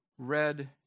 red